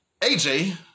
AJ